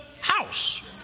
house